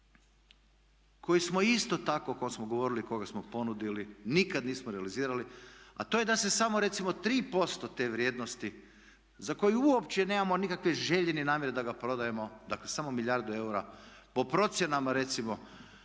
koji smo isto tako, o kom smo govorili, koga smo ponudili nikad nismo realizirali a to je da se samo recimo 3% te vrijednosti za koju uopće nemamo nikakve želje ni namjere da ga prodajemo, dakle samo milijardu eura po procjenama recimo